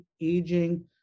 aging